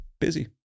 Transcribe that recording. busy